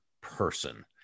person